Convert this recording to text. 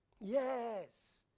Yes